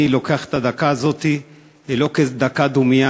אני לוקח את הדקה הזאת לא כדקת דומייה